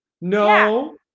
No